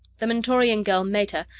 the mentorian girl, meta,